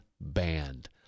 band